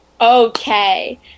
Okay